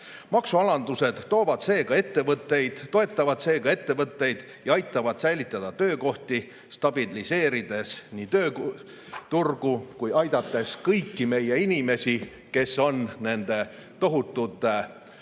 Maksualandused toetavad seega ettevõtteid ja aitavad säilitada töökohti, stabiliseerides nii tööturgu kui ka aidates kõiki meie inimesi, kes on nende tohutute